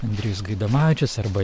andrejus gaidamavičius arba